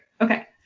Okay